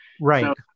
Right